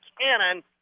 Cannon